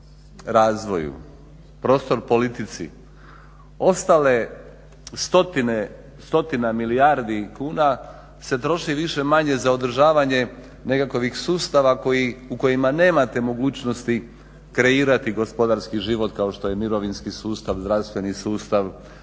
razvoju, prostor politici, ostale stotina milijardi kuna se troši više-manje za održavanje nekakvih sustava u kojima nemate mogućnosti kreirati gospodarski život kao što je mirovinski sustav, zdravstveni sustav,